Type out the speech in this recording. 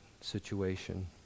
situation